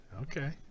Okay